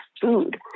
food